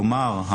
כלומר,